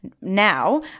now